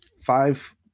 five